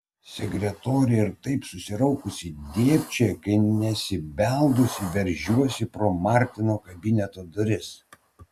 sekretorė ir taip susiraukusi dėbčioja kai nesibeldusi veržiuosi pro martino kabineto duris